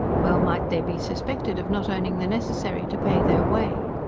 well might they be suspected of not owning the necessary to pay their way!